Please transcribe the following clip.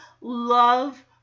love